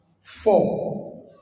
four